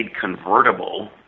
convertible